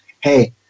Hey